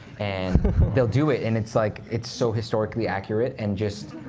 and they'll do it, and it's like it's so historically accurate, and just